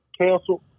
canceled